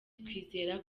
twizera